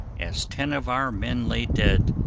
as ten of our men lay dead,